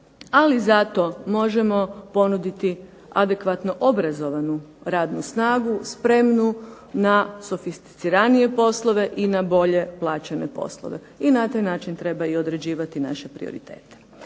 Ali zato možemo ponuditi adekvatno obrazovanu radnu snagu, spremnu na sofisticiranije poslove i na bolje plaćene poslove. I na taj način treba određivati naše prioritete.